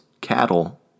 cattle